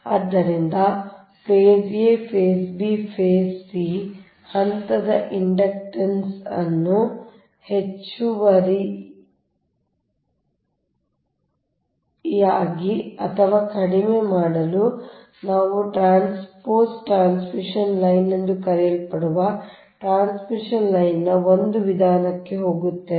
ಆದ್ದರಿಂದ phase a phase b phase c ಹಂತದ inductance ಅನ್ನು ಹೆಚ್ಚು ಅಥವಾ ಕಡಿಮೆ ಮಾಡಲು ನಾವು ಟ್ರಾನ್ಸ್ಪೋಸ್ ಟ್ರಾನ್ಸ್ಮಿಷನ್ ಲೈನ್ ಎಂದು ಕರೆಯಲ್ಪಡುವ ಟ್ರಾನ್ಸ್ಮಿಷನ್ ಲೈನ್ನ ಒಂದು ವಿಧಾನಕ್ಕೆ ಹೋಗುತ್ತೇವೆ